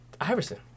Iverson